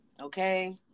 okay